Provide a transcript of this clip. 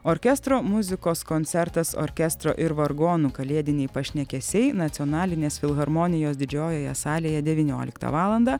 orkestro muzikos koncertas orkestro ir vargonų kalėdiniai pašnekesiai nacionalinės filharmonijos didžiojoje salėje devynioliktą valandą